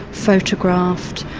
photographed,